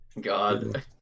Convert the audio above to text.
God